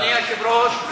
אדוני היושב-ראש,